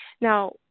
now